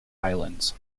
islands